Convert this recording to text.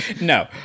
No